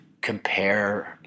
compare